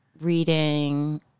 reading